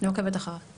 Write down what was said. אני עוקבת אחריו.